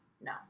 No